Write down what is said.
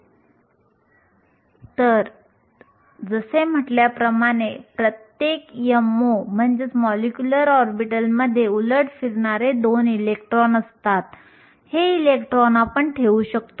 electron आणि छिद्र तयार करण्याची प्रक्रिया ही एक गतिशील प्रक्रिया आहे जिथे इलेक्ट्रॉन आणि छिद्र सतत तयार होत असतात